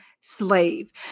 slave